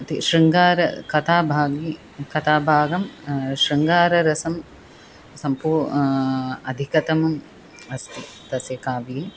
ते शृङ्गारकथाभागे कथाभागं शृङ्गाररसं सम्पू अधिकतमम् अस्ति तस्य काव्ये